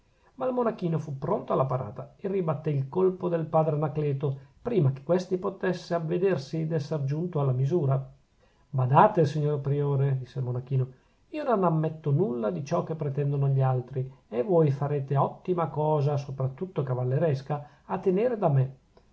ma il monachino fu pronto alla parata e ribattè il colpo del padre anacleto prima che questi potesse avvedersi d'esser giunto alla misura badate signor priore disse il monachino io non ammetto nulla di ciò che pretendono gli altri e voi farete ottima cosa sopra tutto cavalleresca a tenere da me